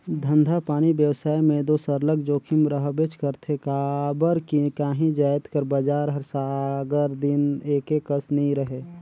धंधापानी बेवसाय में दो सरलग जोखिम रहबेच करथे काबर कि काही जाएत कर बजार हर सगर दिन एके कस नी रहें